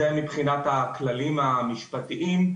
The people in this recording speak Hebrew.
זה מבחינת הכללים המשפטיים.